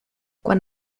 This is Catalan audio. quan